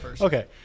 Okay